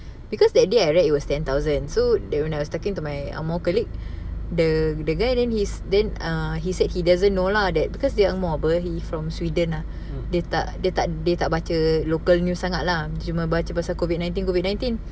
mm